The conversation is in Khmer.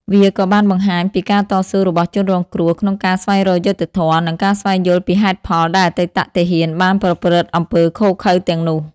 វាក៏បានបង្ហាញពីការតស៊ូរបស់ជនរងគ្រោះក្នុងការស្វែងរកយុត្តិធម៌ និងការស្វែងយល់ពីហេតុផលដែលអតីតទាហានបានប្រព្រឹត្តអំពើឃោរឃៅទាំងនោះ។